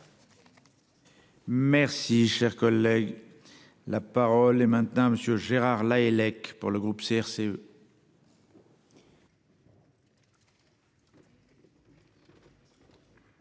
Merci cher collègue. La parole est maintenant à monsieur Gérard Lahellec pour le groupe CRCE.